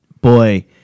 boy